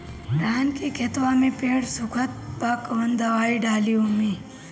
धान के खेतवा मे पेड़ सुखत बा कवन दवाई डाली ओमे?